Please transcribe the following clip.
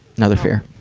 another fear.